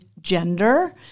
gender